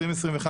התשפ"ב-2021,